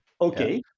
Okay